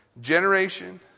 Generation